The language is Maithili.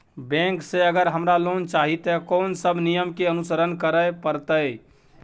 बैंक से अगर हमरा लोन चाही ते कोन सब नियम के अनुसरण करे परतै?